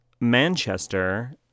Manchester